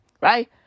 Right